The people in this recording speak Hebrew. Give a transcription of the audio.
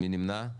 מי נמנע?